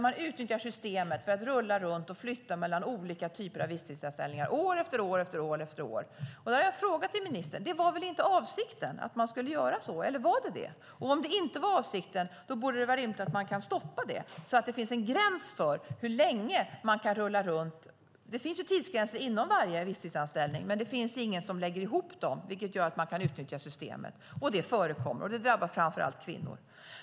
Man utnyttjar systemet för att rulla runt och flytta människor mellan olika typer av visstidsanställningar - år efter år efter år. Där har jag en fråga till ministern: Det var väl inte avsikten att man skulle göra så? Eller var det avsikten? Om det inte var avsikten borde det vara rimligt att stoppa det så att det finns en gräns för hur länge man kan rulla runt. Det finns tidsgränser inom varje visstidsanställning, men det finns ingen gräns när man lägger ihop dem, vilket gör att systemet kan utnyttjas. Det förekommer, och det drabbar framför allt kvinnor.